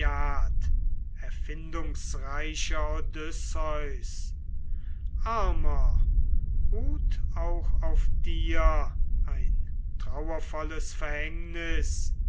erfindungsreicher odysseus armer ruht auch auf dir ein trauervolles verhängnis